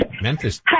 Memphis